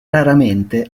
raramente